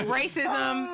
racism